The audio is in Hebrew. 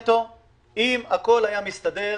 אם הכול היה מסתדר,